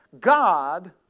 God